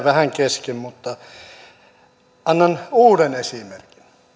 vähän kesken mutta annan uuden esimerkin